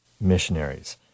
missionaries